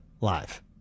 live